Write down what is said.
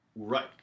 Right